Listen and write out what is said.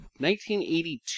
1982